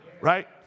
right